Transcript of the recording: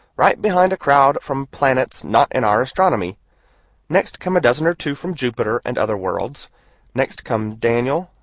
right behind a crowd from planets not in our astronomy next come a dozen or two from jupiter and other worlds next come daniel,